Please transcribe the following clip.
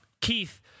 Keith